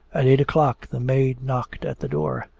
at eight o'clock the maid knocked at the door.